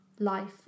life